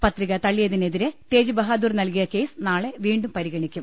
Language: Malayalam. പത്രിക തള്ളിയതിനെതിരെ തേജ് ബഹാദൂർ നൽകിയ കേസ് നാളെ വീണ്ടും പരിഗണിക്കും